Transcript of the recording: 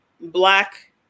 black